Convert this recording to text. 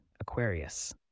Aquarius